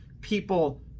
people